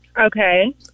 Okay